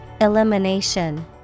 Elimination